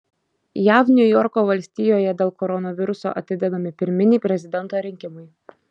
jav niujorko valstijoje dėl koronaviruso atidedami pirminiai prezidento rinkimai